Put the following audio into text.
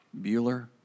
Bueller